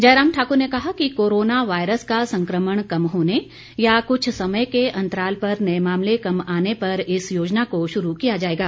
जयराम ठाकुर ने कहा कि कोरोना वायरस का संक्रमण कम होने या कुछ समय के अंतराल पर नए मामले कम आने पर इस योजना को शुरू किया जाएगा